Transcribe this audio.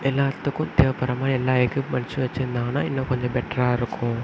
எல்லாத்துக்கும் தேவைப்பட்ற மாதிரி எல்லா எக்யூப்மெண்ட்ஸும் வச்சுருந்தாங்கன்னா இன்னும் கொஞ்சம் பெட்டரா இருக்கும்